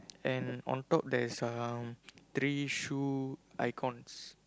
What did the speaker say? and on top there's uh three shoe icons